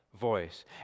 voice